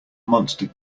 monster